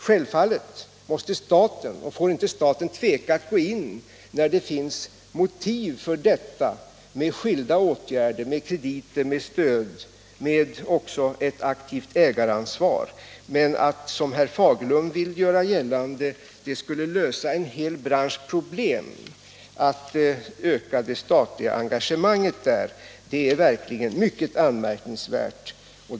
Självfallet får staten inte tveka att gå in när det finns motiv för detta, med skilda åtgärder — krediter och annat stöd och också ett aktivt ägaransvar. Men att det, som herr Fagerlund vill göra gällande, skulle lösa en hel branschs problem att öka det statliga engagemanget där är verkligen mycket anmärkningsvärt.